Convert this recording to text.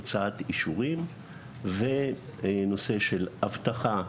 הוצאת אישורים ונושא של אבטחה,